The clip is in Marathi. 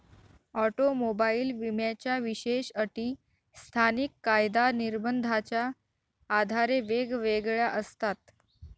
ऑटोमोबाईल विम्याच्या विशेष अटी स्थानिक कायदा निर्बंधाच्या आधारे वेगवेगळ्या असतात